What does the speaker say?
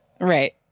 Right